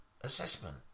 assessment